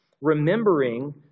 Remembering